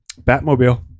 Batmobile